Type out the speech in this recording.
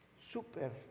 Super